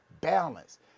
balance